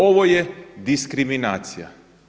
Ovo je diskriminacija.